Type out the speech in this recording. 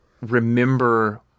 remember